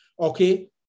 Okay